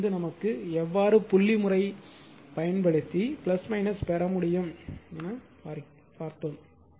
இதிலிருந்து நமக்கு எவ்வாறு புள்ளி முறை உபயோகித்து பெற முடியும் என பார்த்தோம்